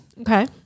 okay